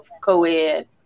co-ed